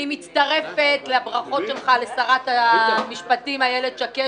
אני מצטרפת לברכות שלך לשרת המשפטים איילת שקד